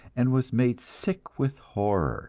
and was made sick with horror